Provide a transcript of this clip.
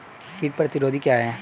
कीट प्रतिरोधी क्या है?